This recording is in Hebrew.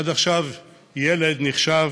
עד עכשיו ילד נחשב